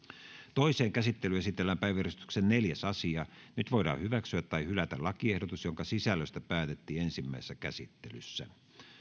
toiseen käsittelyyn esitellään päiväjärjestyksen neljäs asia nyt voidaan hyväksyä tai hylätä lakiesitys jonka sisällöstä päätettiin ensimmäisessä käsittelyssä